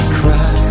cry